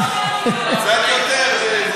אוו,